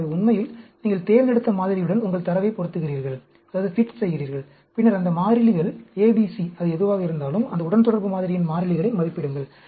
அதாவது உண்மையில் நீங்கள் தேர்ந்தெடுத்த மாதிரியுடன் உங்கள் தரவை பொருத்துகிறீர்கள் பின்னர் அந்த மாறிலிகள் A B C அது எதுவாக இருந்தாலும் அந்த உடன்தொடர்பு மாதிரியின் மாறிலிகளை மதிப்பிடுங்கள்